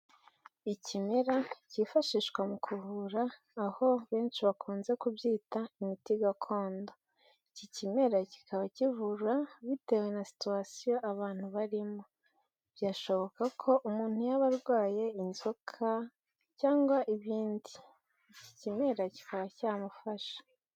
Ikimera cyifashishwa mu kuvura aho benshi bakunze kubyita imiti gakondo, iki kimera kikaba kivura bitewe na situation abantu barimo, byashoboka ko umuntu yaba arwaye inzoka cyangwa ibindi, iki kimera kikaba cyamufasha.